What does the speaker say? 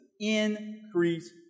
increase